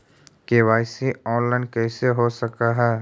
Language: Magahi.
के.वाई.सी ऑनलाइन कैसे हो सक है?